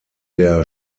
der